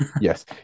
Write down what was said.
Yes